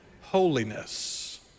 holiness